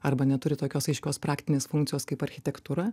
arba neturi tokios aiškios praktinės funkcijos kaip architektūra